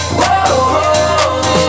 Whoa